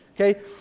okay